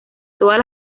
todas